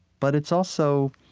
but it's also,